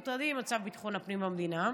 הם מוטרדים ממצב ביטחון הפנים במדינה.